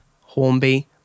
Hornby